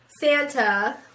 Santa